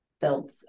built